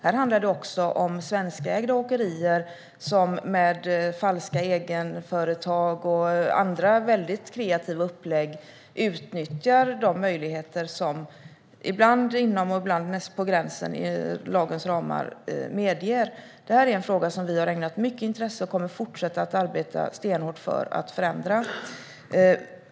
Det finns också svenskägda åkerier som med falska egenföretag och andra kreativa upplägg utnyttjar de möjligheter som finns, ibland inom och på gränsen till vad lagens ramar medger. Detta är en fråga som vi har ägnat mycket intresse och kommer att fortsätta att arbeta stenhårt för att förändra.